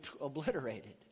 obliterated